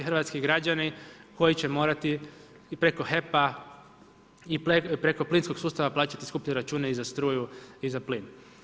Hrvatski građani koji će morati preko HEP-a i preko plinskog sustava plaćati skuplje račune i za struju i za plin.